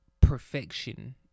perfection